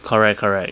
correct correct